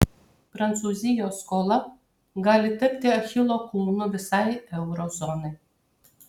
prancūzijos skola gali tapti achilo kulnu visai euro zonai